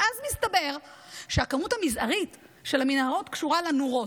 ואז מסתבר שהכמות המזערית של המנהרות קשורה לנורות,